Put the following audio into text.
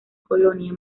colonia